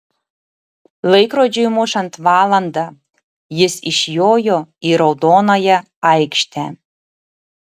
laikrodžiui mušant valandą jis išjojo į raudonąją aikštę